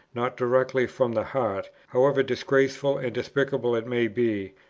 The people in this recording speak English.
not directly from the heart, however disgraceful and despicable it may be,